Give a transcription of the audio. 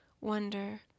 wonder